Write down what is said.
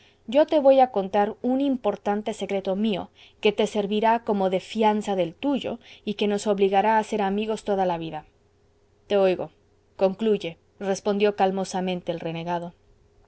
yo te voy a contar un importante secreto mío que te servirá como de fianza del tuyo y que nos obligará a ser amigos toda la vida te oigo concluye respondió calmosamente el renegado